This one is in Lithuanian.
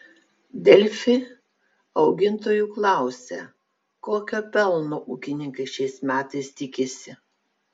delfi augintojų klausia kokio pelno ūkininkai šiais metais tikisi